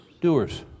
doers